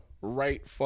Right